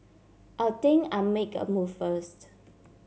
I think I make a move first